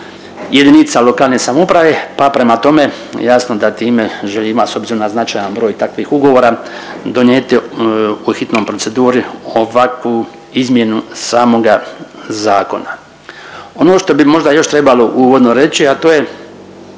ugovora u vlasništvu JLS, pa prema tome jasno da time želimo, a s obzirom na značajan broj takvih ugovora donijeti u hitnoj proceduri ovakvu izmjenu samoga zakona. Ono što bi možda još trebalo uvodno reći, a to je